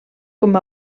com